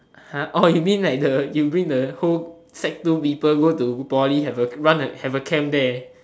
you mean like the you bring the whole sec two people to poly run a have a camp there